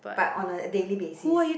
but on a daily basis